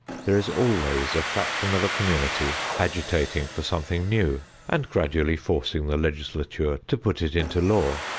there is always a fraction of a community agitating for something new and gradually forcing the legislature to put it into law,